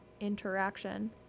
interaction